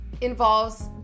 involves